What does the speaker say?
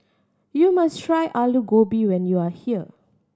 you must try Alu Gobi when you are here